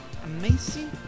Amazing